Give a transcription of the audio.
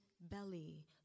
belly